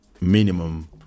minimum